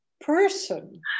person